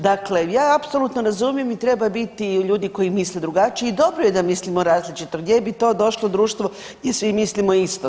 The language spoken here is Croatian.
Dakle, ja apsolutno razumijem i treba biti ljudi koji misle drugačije i dobro je da mislimo različito, gdje bi to došlo društvo gdje svi mislimo isto.